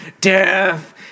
death